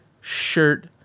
shirt